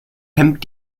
hemmt